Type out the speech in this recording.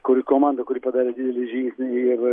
kuri komanda kuri padarė didelį žingsnį ir